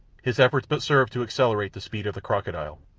his efforts but served to accelerate the speed of the crocodile,